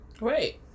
Right